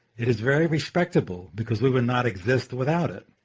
it is very respectable because we would not exist without it.